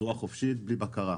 בצורה חופשית בלי בקרה.